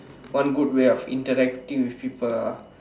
one good way of interacting with people ah